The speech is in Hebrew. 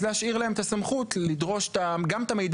אז להשאיר להם את הסמכות לדרוש גם את המידע